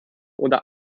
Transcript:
oder